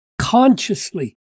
consciously